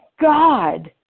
God